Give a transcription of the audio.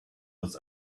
was